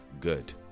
good